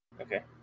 Okay